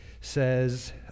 says